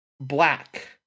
black